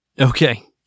Okay